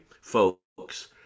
folks